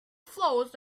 flows